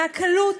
מהקלות